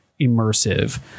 immersive